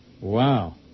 Wow